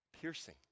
Piercing